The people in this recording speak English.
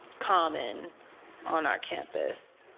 common on our campus.